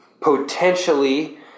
potentially